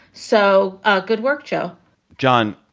so ah good work, joe john,